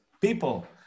people